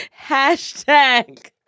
Hashtag